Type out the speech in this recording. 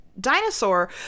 Dinosaur